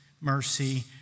mercy